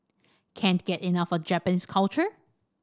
can't get enough of Japanese culture